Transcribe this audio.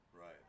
Right